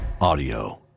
audio